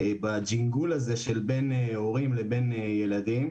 בג'ינגול הזה שבין הורים לילדים.